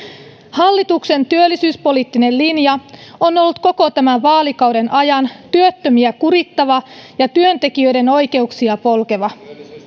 hallituksen työllisyyspoliittinen linja on ollut koko tämän vaalikauden ajan työttömiä kurittava ja työntekijöiden oikeuksia polkeva